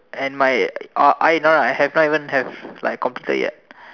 and my uh I no no I have not even like have completed yet